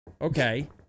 okay